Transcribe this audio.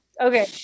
Okay